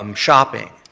um shopping.